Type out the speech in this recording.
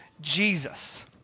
Jesus